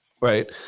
right